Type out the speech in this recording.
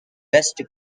west